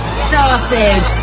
started